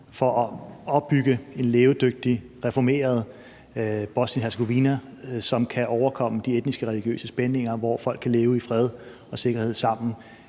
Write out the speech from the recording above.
for at opbygge et levedygtigt reformeret Bosnien-Hercegovina, som kan overkomme de etniske og religiøse spændinger, og hvor folk kan leve i fred og sikkerhed sammen.